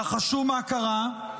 נחשו מה קרה,